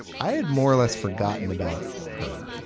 i had more or less forgotten about her,